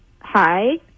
hi